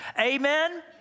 Amen